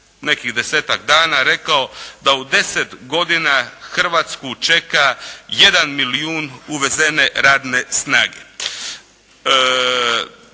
nekih desetak dana rekao da u 10 godina Hrvatsku čeka jedan milijun uvezene radne snage.